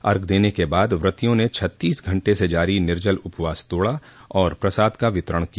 अर्घ्य देने के बाद वतियों ने छत्तीस घंटे से जारी निर्जल उपवास तोड़ा और प्रसाद का वितरण किया